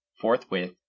forthwith